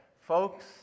folks